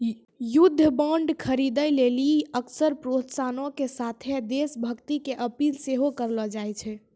युद्ध बांड खरीदे लेली अक्सर प्रोत्साहनो के साथे देश भक्ति के अपील सेहो करलो जाय छै